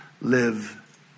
live